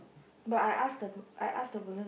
but I ask the group I ask the group